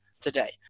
today